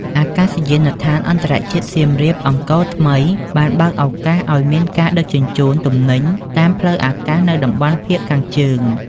អាកាសយានដ្ឋានអន្តរជាតិសៀមរាបអង្គរថ្មី បានបើកឱកាសឱ្យមានការដឹកជញ្ជូនទំនិញតាមផ្លូវអាកាសនៅតំបន់ភាគខាងជើង។